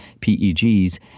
PEGs